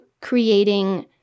creating